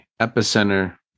epicenter